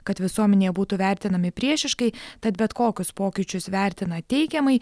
kad visuomenėje būtų vertinami priešiškai tad bet kokius pokyčius vertina teigiamai